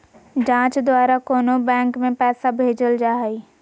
जाँच द्वारा कोनो बैंक में पैसा भेजल जा हइ